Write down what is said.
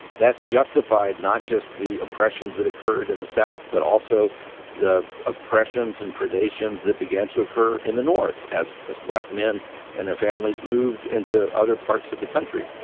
that justified not just the oppressions that occurred in the south, but also the oppressions and predations that began to occur in the north as as black men and their families moved into other parts of the country